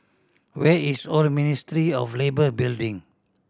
where is Old Ministry of Labour Building